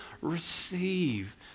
receive